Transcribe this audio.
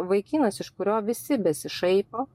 vaikinas iš kurio visi besišaipo